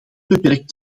beperkt